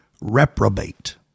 reprobate